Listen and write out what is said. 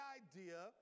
idea